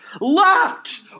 locked